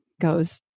goes